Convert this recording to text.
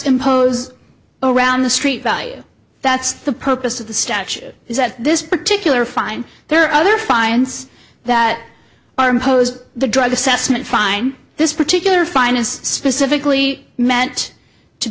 impose around the street value that's the purpose of the statute is that this particular fine there are other fines that are imposed the drug assessment fine this particular fine is specifically meant to